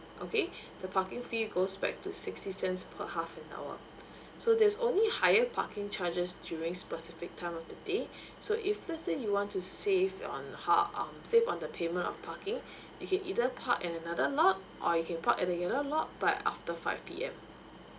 okay the parking fee goes back to sixty cents per half an hour so there's only higher parking charges during specific time of the day so if let's say you want to save on how um save on the payment of parking you can either park at another lot or you can park at the yellow lot but after five P_M